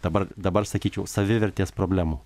dabar dabar sakyčiau savivertės problemų